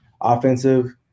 offensive